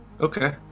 Okay